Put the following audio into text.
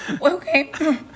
okay